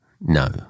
No